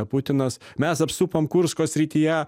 putinas mes apsupom kursko srityje